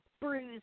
bruised